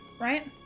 Right